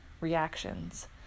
reactions